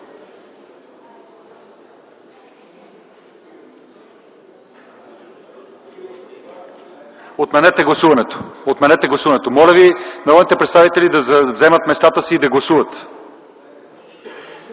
Отменете гласуването. Моля народните представители да заемат местата си и да гласуват